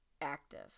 active